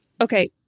Okay